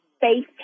face